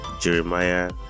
Jeremiah